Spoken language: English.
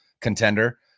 contender